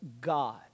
God